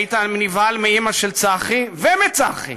היית נבהל מהאימא של צחי ומצחי,